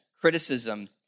criticism